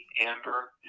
Amber